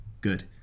Good